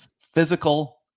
physical